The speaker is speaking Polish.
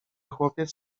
chłopiec